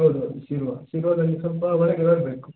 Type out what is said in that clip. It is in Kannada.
ಹೌದು ಹೌದು ಶಿರ್ವ ಶಿರ್ವದಲ್ಲಿ ಸ್ವಲ್ಪ ಹೊರಗೆ ಬರಬೇಕು